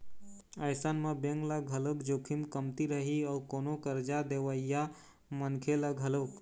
अइसन म बेंक ल घलोक जोखिम कमती रही अउ कोनो करजा देवइया मनखे ल घलोक